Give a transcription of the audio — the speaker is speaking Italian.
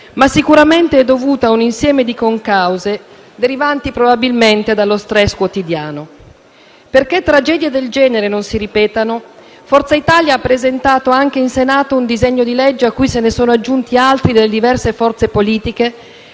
ma sicuramente è dovuta a un insieme di concause derivanti probabilmente dallo *stress* quotidiano. Perché tragedie del genere non si ripetano, Forza Italia ha presentato anche in Senato un disegno di legge, a cui se ne sono aggiunti altri delle diverse forze politiche,